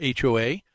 HOA